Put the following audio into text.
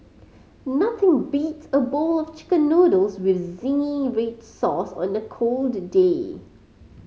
nothing beats a bowl of Chicken Noodles with zingy red sauce on a cold day